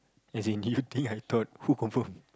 as in you think I thought who confirm